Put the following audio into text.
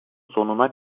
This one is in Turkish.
sonuna